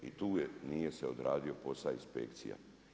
I tu nije se odradio posao inspekcija.